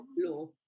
law